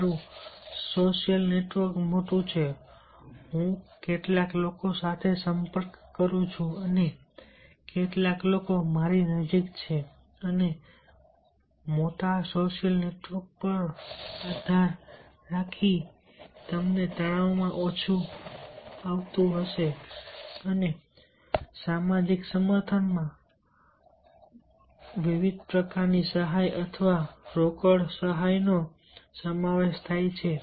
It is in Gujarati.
મારું સોશિયલ નેટવર્ક મોટું છે હું કેટલા લોકો સાથે સંપર્ક કરું છું અને કેટલા લોકો મારી નજીક છે અને મોટા સોશિયલ નેટવર્ક પર આધાર રાખી જે તમને તણાવમાં ઓછું આવતું હશે અને સામાજિક સમર્થનમાં પ્રકારની સહાય અથવા રોકડમાં સહાયનો સમાવેશ થાય છે